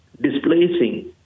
displacing